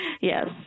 Yes